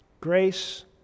grace